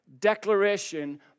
declaration